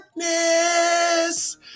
Darkness